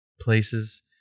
places